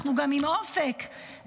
אנחנו גם עם אופק שלילי,